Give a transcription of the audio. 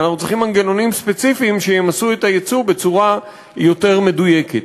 ואנחנו צריכים מנגנונים ספציפיים שימסו את היצוא בצורה יותר מדויקת.